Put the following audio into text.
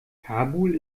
kabul